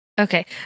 Okay